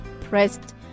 pressed